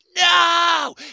no